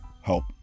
help